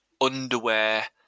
underwear